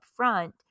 upfront